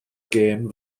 gêm